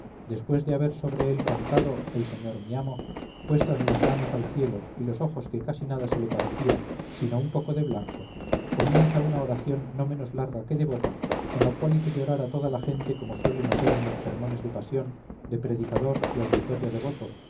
después de haber sobre él cantado el señor mi amo puestas las manos al cielo y los ojos que casi nada se le parecía sino un poco de blanco comienza una oración no menos larga que devota con la cual hizo llorar a toda la gente como suelen hazer en los sermones de pasión de predicador y auditorio devoto